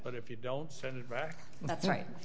but if you don't send it back that's right